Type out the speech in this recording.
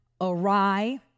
awry